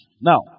Now